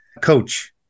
Coach